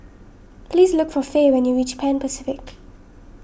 please look for Fae when you reach Pan Pacific